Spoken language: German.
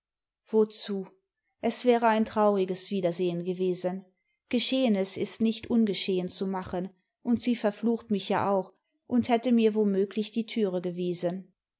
wozu es wäre ein trauriges wiedersehen gewesen geschehenes ist nicht ungeschehen zu machen imd sie verflucht mich ja auch tmd hätte mir womöglich die türe gewiesen